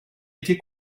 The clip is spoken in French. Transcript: été